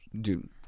Dude